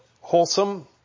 wholesome